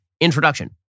introduction